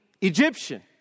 Egyptian